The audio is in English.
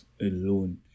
alone